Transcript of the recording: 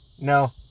No